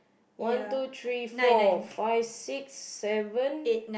one two three four five six seven